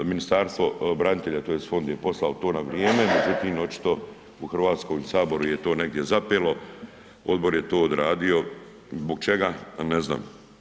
Ministarstvo branitelja, tj. Fond je poslao to na vrijeme, međutim, očito u Hrvatskome saboru je to negdje zapelo, odbor je to odradio, zbog čega, ne znam.